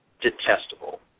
detestable